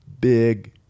big